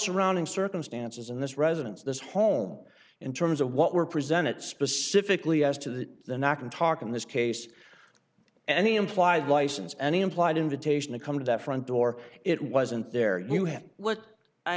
surrounding circumstances in this residence this home in terms of what we're presented specifically as to the knock and talk in this case any implied license any implied invitation to come to that front door it wasn't there you have what i